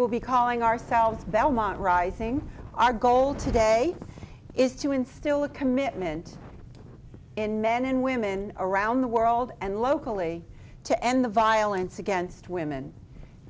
will be calling ourselves belmont rising our goal today is to instill a commitment in men and women around the world and locally to end the violence against women